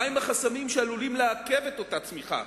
מהם החסמים שעלולים לעכב את אותה צמיחה,